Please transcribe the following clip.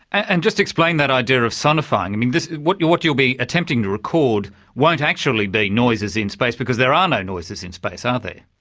and just explain that idea of sonifying. what you'll what you'll be attempting to record won't actually be noises in space because there are no noises in space, ah are